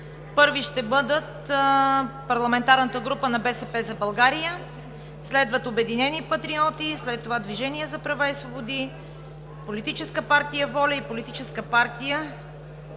първа ще бъде парламентарната група на „БСП за България“, следват „Обединени патриоти“, след това „Движението за права и свободи“, Политическа партия „Воля“ и Политическа партия